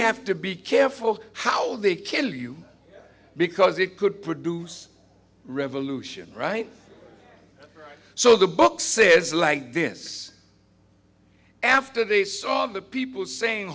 have to be careful how they kill you because it could produce revolution right so the book says like this after they saw the people saying